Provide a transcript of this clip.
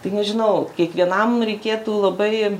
tai nežinau kiekvienam reikėtų labai